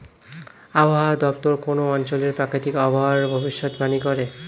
আবহাওয়া দপ্তর কোন অঞ্চলের প্রাকৃতিক আবহাওয়ার ভবিষ্যতবাণী করে